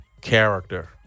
character